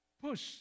Push